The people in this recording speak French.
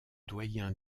doyen